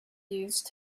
used